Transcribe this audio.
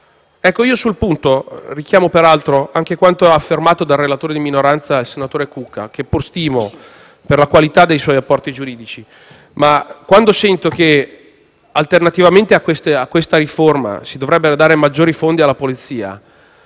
Stato. Sul punto richiamo peraltro anche quanto affermato dal relatore di minoranza, senatore Cucca, che pur stimo per la qualità dei suoi apporti giuridici. Ma quando sento che, alternativamente a questa riforma, si dovrebbero dare maggiori fondi alla Polizia,